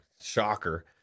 shocker